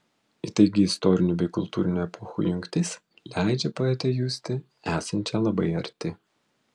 įtaigi istorinių bei kultūrinių epochų jungtis leidžia poetę justi esančią labai arti